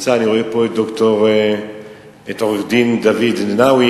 אני רואה פה את עורך-דין דוד נאווי,